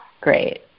Great